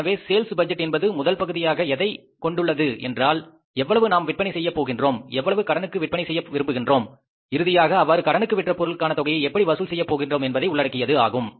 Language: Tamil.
எனவே சேல்ஸ் பட்ஜெட்என்பது முதல் பகுதியாக எதைக்கொண்டு உள்ளது என்றால் எவ்வளவு நாம் விற்பனை செய்ய விரும்புகின்றோம் எவ்வளவு கடனுக்கு விற்பனை செய்ய விரும்புகின்றோம் இறுதியாக அவ்வாறு கடனுக்கு விற்ற பொருளுக்கான தொகையை எப்படி வசூல் செய்ய போகின்றோம் என்பதை உள்ளடக்கியது ஆகும்